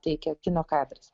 teikia kino kadras